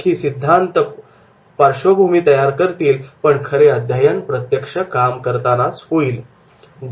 लेखी सिद्धांत पार्श्वभूमी तयार करतील पण खरे अध्ययन प्रत्यक्ष काम करतानाच होईल